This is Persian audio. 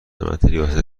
ریاست